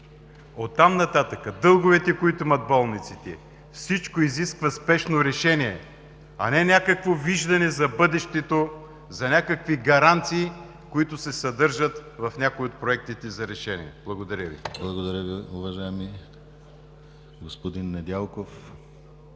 От там нататък дълговете, които имат болниците, всичко изисква спешно решение, а не някакво виждане за бъдещето, за някакви гаранции, които се съдържат в някои от проектите за решение. Благодаря Ви. ПРЕДСЕДАТЕЛ ДИМИТЪР ГЛАВЧЕВ: Благодаря Ви, уважаеми господин Недялков.